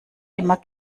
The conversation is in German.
immer